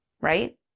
right